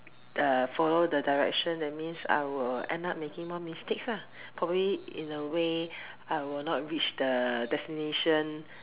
uh follow the Direction that means I will end up making more mistakes ah probably in a way I will not reach the destination